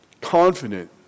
confident